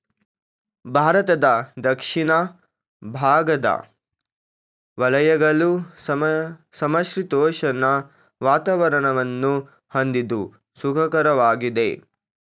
ಭಾರತದ ದಕ್ಷಿಣ ಭಾಗದ ವಲಯಗಳು ಸಮಶೀತೋಷ್ಣ ವಾತಾವರಣವನ್ನು ಹೊಂದಿದ್ದು ಸುಖಕರವಾಗಿದೆ